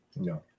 no